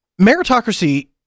meritocracy